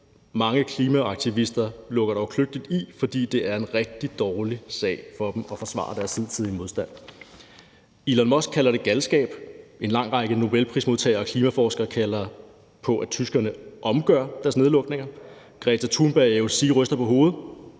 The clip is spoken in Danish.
mange klimaaktivister lukker dog kløgtigt i, fordi det er en rigtig dårlig sag for dem at forsvare deres hidtidige modstand. Elon Musk kalder det galskab. En lang række nobelprismodtagere og klimaforskere kalder på, at tyskerne omgør deres nedlukninger. Greta Thunberg og AOC, altså Alexandria